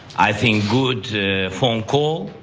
i think, good phone call.